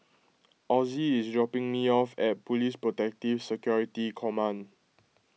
Ozzie is dropping me off at Police Protective Security Command